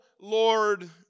lord